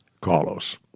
Carlos